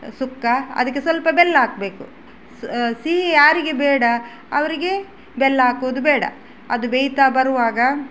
ಸುಕ್ಕ ಅದಕ್ಕೆ ಸ್ವಲ್ಪ ಬೆಲ್ಲ ಹಾಕಬೇಕು ಸಿಹಿ ಯಾರಿಗೆ ಬೇಡ ಅವರಿಗೆ ಬೆಲ್ಲ ಹಾಕೋದು ಬೇಡ ಅದು ಬೇಯ್ತಾ ಬರುವಾಗ